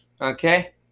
Okay